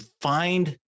find